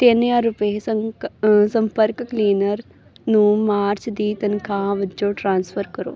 ਤਿੰਨ ਹਜ਼ਾਰ ਰੁਪਏ ਸੰਪਰਕ ਕਲੀਨਰ ਨੂੰ ਮਾਰਚ ਦੀ ਤਨਖਾਹ ਵਜੋਂ ਟ੍ਰਾਂਸਫਰ ਕਰੋ